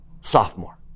Sophomore